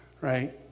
right